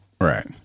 Right